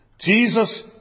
Jesus